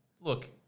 look